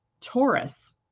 Taurus